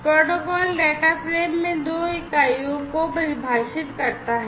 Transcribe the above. protocol data frame में दो इकाइयों को परिभाषित करता है